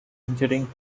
injuring